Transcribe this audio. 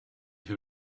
who